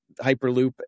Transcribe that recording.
Hyperloop